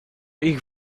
ich